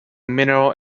mineral